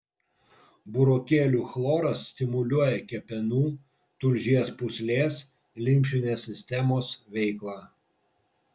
burokėlių chloras stimuliuoja kepenų tulžies pūslės limfinės sistemos veiklą